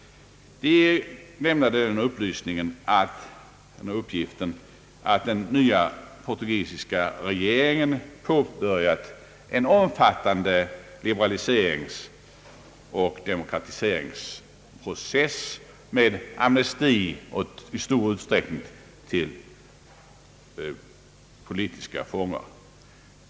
De lämnade uppgiften att den nya portugisiska regeringen påbörjat en omfattande liberaliseringsoch demokratiseringsprocess, med bland annat amnesti för politiska fångar i stor utsträckning.